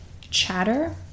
chatter